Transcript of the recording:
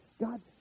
God